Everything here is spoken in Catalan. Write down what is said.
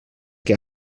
que